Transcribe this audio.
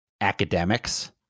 academics